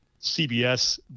cbs